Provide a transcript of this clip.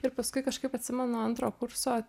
ir paskui kažkaip atsimenu antro kurso